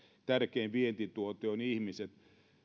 tärkein vientituote on ihmiset